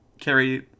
carry